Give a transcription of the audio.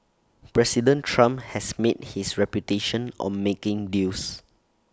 President Trump has made his reputation on making deals